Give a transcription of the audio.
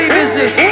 business